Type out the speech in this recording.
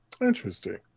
Interesting